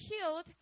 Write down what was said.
killed